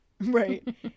Right